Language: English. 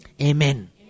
Amen